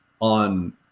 on